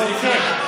זה יקרה.